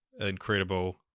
incredible